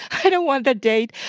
i don't want the date.